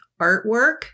artwork